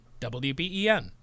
WBEN